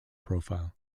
profile